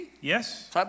yes